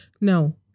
No